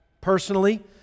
Personally